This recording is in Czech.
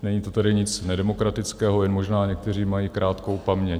Není to tady nic nedemokratického, jen možná někteří mají krátkou paměť.